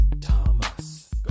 Thomas